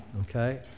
okay